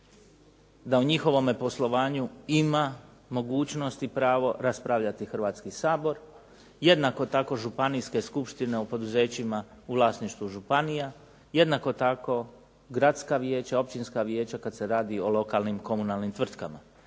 da u njihovome poslovanju ima mogućnost i pravo raspravljati Hrvatski sabor. Jednako tako županijske skupštine u poduzećima u vlasništvu županija, jednako tako gradska vijeća, općinska vijeća kad se radi o lokalnim komunalnim tvrtkama.